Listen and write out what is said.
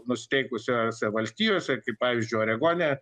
nusiteikusiose valstijose kaip pavyzdžiui oregone